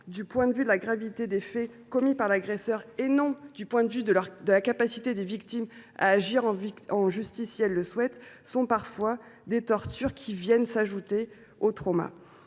du point de vue de la gravité des faits commis par l’agresseur et non du point de vue de la capacité de leurs victimes à agir en justice, représentent parfois une torture qui s’ajoute au trauma.